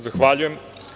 Zahvaljujem.